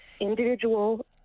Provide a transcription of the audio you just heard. individual